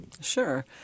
Sure